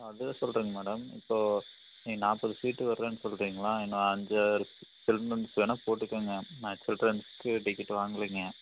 அதுதான் சொல்கிறேங்க மேடம் இப்போது நீங்கள் நாற்பது சீட்டு வரேன்னு சொல்கிறிங்களா இன்னும் அஞ்சாறு சில்ட்ரன்ஸ் வேணால் போட்டுக்கோங்க நான் சில்ட்ரன்ஸ்க்கு டிக்கெட்டு வாங்கலைங்க